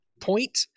point